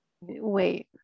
wait